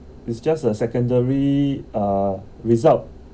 it's just a secondary uh result